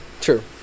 True